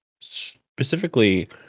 specifically